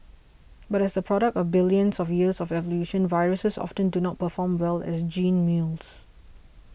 but as the product of billions of years of evolution viruses often do not perform well as gene mules